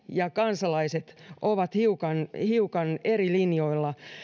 ja kansalaiset ovat hiukan hiukan eri linjoilla